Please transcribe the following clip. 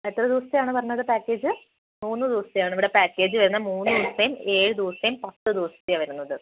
എത്ര ദിവസത്തെയാണ് പറഞ്ഞത് പാക്കേജ് മൂന്ന് ദൂസത്തെയാണ് ഇവിടെ പാക്കേജ് വരുന്നത് മൂന്ന് ദിവസത്തെയും ഏഴ് ദിവസത്തെയും പത്ത് ദിവസത്തെയാണ് വരുന്നത്